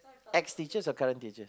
ex teachers or current teachers